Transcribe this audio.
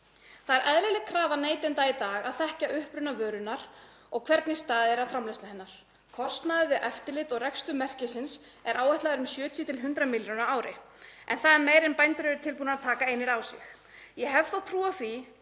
Það er eðlileg krafa neytenda í dag að þekkja uppruna vörunnar og hvernig staðið er að framleiðslu hennar. Kostnaður við eftirlit og rekstur merkisins er áætlaður um 70–100 milljónir á ári en það er meira en bændur eru tilbúnir að taka einir á sig. Ég hef þó trú á því